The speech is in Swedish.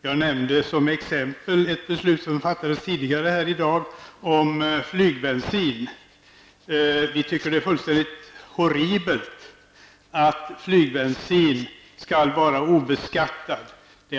Jag nämnde som exempel ett beslut om flygbensin som fattades tidigare här i dag. Miljöpartiet anser att det är fullkomligt horribelt att flygbensin skall vara obeskattad.